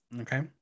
Okay